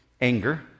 Anger